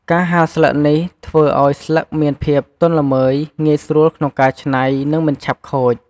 ការហាលស្លឹកនេះធ្វើឲ្យស្លឹកមានភាពទន់ល្មើយ ងាយស្រួលក្នុងការច្នៃ និងមិនឆាប់ខូច។